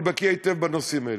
אני בקי היטב בנושאים האלה.